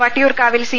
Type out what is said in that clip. വട്ടിയൂർക്കാവിൽ സി